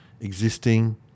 existing